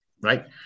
Right